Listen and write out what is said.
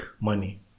money